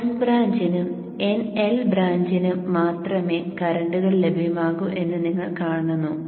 source ബ്രാഞ്ചിനും nL ബ്രാഞ്ചിനും മാത്രമേ കറന്റുകൾ ലഭ്യമാകൂ എന്ന് നിങ്ങൾ കാണുന്നു